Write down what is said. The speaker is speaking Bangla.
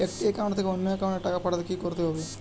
একটি একাউন্ট থেকে অন্য একাউন্টে টাকা পাঠাতে কি করতে হবে?